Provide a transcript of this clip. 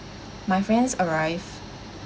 my friends arrived